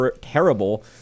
terrible